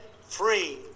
free